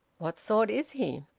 what sort is he?